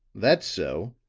that's so.